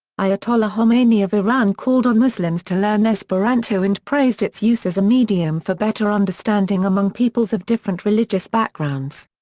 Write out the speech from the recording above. ayatollah khomeini of iran called on muslims to learn esperanto and praised its use as a medium for better understanding among peoples of different religious backgrounds.